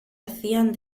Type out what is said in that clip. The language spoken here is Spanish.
hacían